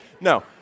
No